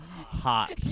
Hot